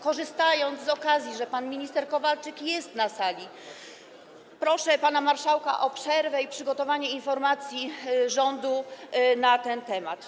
Korzystając z okazji, że pan minister Kowalczyk jest na sali, proszę pana marszałka o przerwę i przygotowanie informacji rządu na ten temat.